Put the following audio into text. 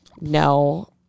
No